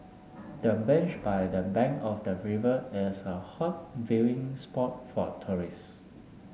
the bench by the bank of the river is a hot viewing spot for tourists